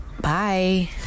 Bye